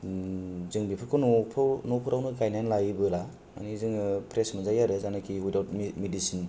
जों बेफोरखौ न' फोरावनो गायनानै लायो बोला माने जोंयो फ्रेस मोनजायो आरो जायनाखि विदावट मेदिसिन जों मोनजायो